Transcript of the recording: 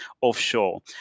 offshore